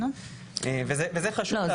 אפשר?